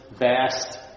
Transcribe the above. vast